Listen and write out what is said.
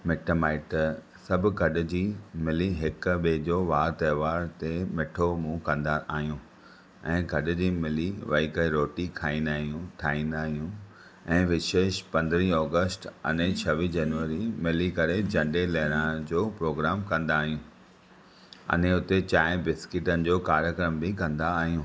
मिट माइट सभु गॾिजी मिली हिक ॿिए जो वार तहेवार ते मिठो मुंहं कंदा आहियूं ऐं गॾिजी मिली वेही करे रोटी खाईंदा आहियूं ठाहींदा आहियूं ऐं विशेष पंद्रहीं ओगस्ट अने छवहीं जनवरी मिली करे झंडे लइराइण जो प्रोग्राम कंदा आहियूं अने उते चाहिं बिस्कीटन जो कार्यक्रम बि कंदा आहियूं